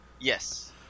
Yes